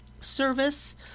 service